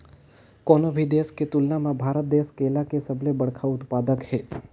कोनो भी देश के तुलना म भारत देश केला के सबले बड़खा उत्पादक हे